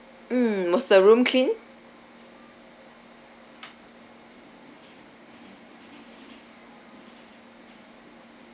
mm was the room clean